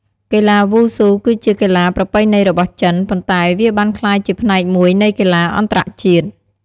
កីឡាវ៉ូស៊ូគឺជាកីឡាប្រពៃណីរបស់ចិន ប៉ុន្តែវាបានក្លាយជាផ្នែកមួយនៃកីឡាអន្តរជាតិ។